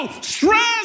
stress